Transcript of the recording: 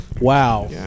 Wow